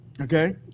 Okay